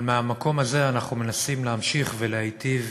אבל מהמקום הזה אנחנו מנסים להמשיך ולהיטיב,